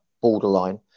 borderline